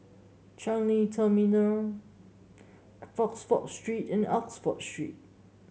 Changi Terminal Oxford Street and Oxford Street